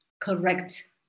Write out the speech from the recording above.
correct